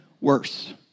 worse